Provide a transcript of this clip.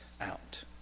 out